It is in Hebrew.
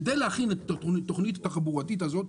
כדי להכין את התוכנית התחבורתית הזאת,